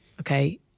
Okay